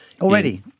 Already